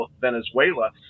Venezuela